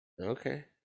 Okay